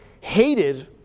hated